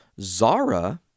Zara